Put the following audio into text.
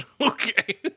Okay